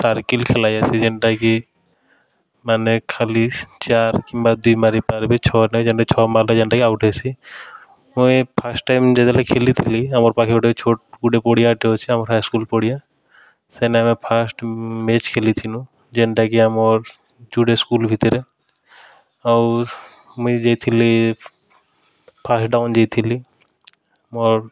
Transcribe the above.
circle ଖେଲାଯାଏସି ଯେନ୍ଟାକି ମାନେ ଖାଲି ଚାଏର୍ କିମ୍ବା ଦୁଇ ମାରି ପାର୍ବେ ଛଅ ନାଇଁ ଯାଇ ଛଅ ଯେନ୍ଟାକି ଛଅ ମାର୍ଲେ ଯେନ୍ଟାକି ଆଉଟ୍ ହେସି ମୁଇଁ ଫାର୍ଷ୍ଟ ଟାଇମ୍ ଯେତେବେଳେ ଖେଲିଥିଲି ଆମର୍ ପାଖେ ଗୁଟେ ଛୋଟ୍ ଗୁଟେ ପଡ଼ିଆଟେ ଅଛେ ଆମର୍ ହାଇସ୍କୁଲ୍ ପଡ଼ିଆ ସେନେ ଆମେ ଫାର୍ଷ୍ଟ ମେଚ୍ ଖେଲିଥିଲୁ ଯେନ୍ଟାକି ଆମର୍ ଯୁଡ଼େ ସ୍କୁଲ୍ ଭିତ୍ରେ ଆଉ ମୁଇଁ ଯାଇଥିଲି ଫାର୍ଷ୍ଟ ଡାଉନ୍ ଯାଇଥିଲି ମୋର୍